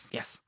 Yes